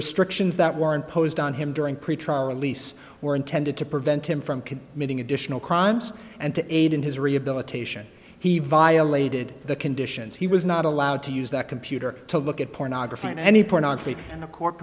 restrictions that were imposed on him during pretrial release were intended to prevent him from could be meeting additional crimes and to aid in his rehabilitation he violated the conditions he was not allowed to use that computer to look at pornography in any pornography and the court